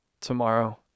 tomorrow